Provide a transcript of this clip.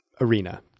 arena